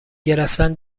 گرفتن